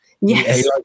Yes